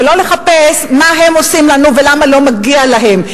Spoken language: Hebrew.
ולא לחפש מה הם עושים לנו ולמה לא מגיע להם,